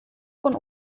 von